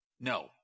No